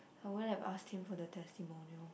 I won't have asked him for the testimonial